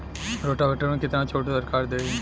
Rotavator में कितना छूट सरकार देही?